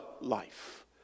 life